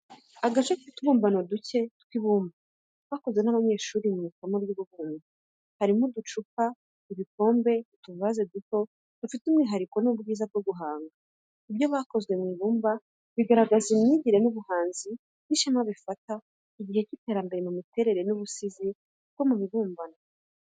Agace k’utubumbano duke tw’ibumba twakozwe n’abanyeshuri mu isomo ry’ububumbyi. Harimo uducupa, ibikombe, n’utuvaze duto, dufite umwihariko n’ubwiza bwo guhanga. Ibyo bakoze mu ibumba bigaragaza imyigire, ubuhanzi, n’ishema, bifata igihe cy’iterambere mu miterere n’ubusizi bwo mu bibumbano.